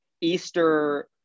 Easter